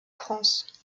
france